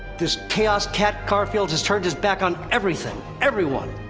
this chaos cat, garfield has turned his back on everything, everyone!